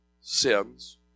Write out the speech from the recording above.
sins